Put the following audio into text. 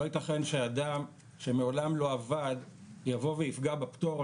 לא ייתכן שאדם שמעולם לא עבד יפגע בפטור.